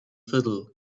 fiddle